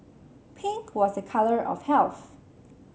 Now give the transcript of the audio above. pink was a colour of health